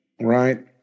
right